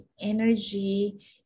energy